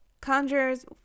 Conjurers